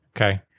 Okay